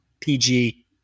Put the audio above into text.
PG